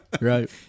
right